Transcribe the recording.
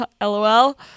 lol